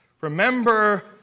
Remember